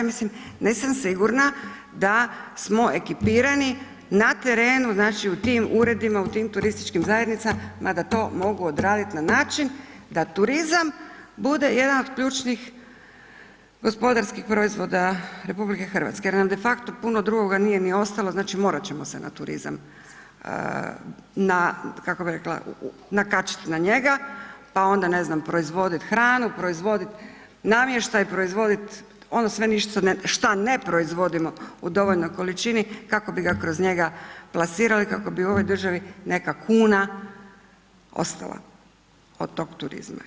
Mislim, nisam sigurna da smo ekipirani na terenu, znači u tim uredima, u tim turističkim zajednicama, ma da to mogu odraditi na način da turizam bude jedan od ključnih gospodarskih proizvoda RH jer nam de facto puno drugoga nije ni ostalo, znači morati ćemo se na turizam, na, kako bih rekla, nakačiti na njega pa onda ne znam proizvoditi hranu, proizvoditi namještaj, proizvoditi. ... šta ne proizvodimo u dovoljnoj količini kako bi ga kroz njega plasirali, kako bi u ovoj državi neka kuna ostala od tog turizma.